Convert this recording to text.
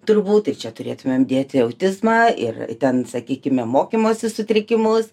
turbūt tai čia turėtumėm dėti autizmą ir ten sakykime mokymosi sutrikimus